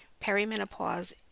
Perimenopause